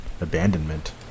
abandonment